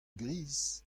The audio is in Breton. gris